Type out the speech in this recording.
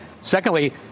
Secondly